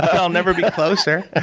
i'll never be closer.